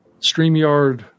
StreamYard